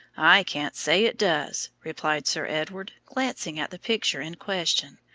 i can't say it does, replied sir edward, glancing at the picture in question.